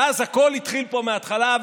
ואז הכול התחיל פה מההתחלה.